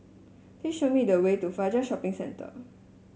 please show me the way to Fajar Shopping Centre